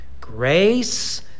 Grace